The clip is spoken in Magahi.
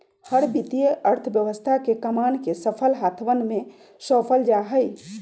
हर वित्तीय अर्थशास्त्र के कमान के सबल हाथवन में सौंपल जा हई